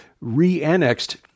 re-annexed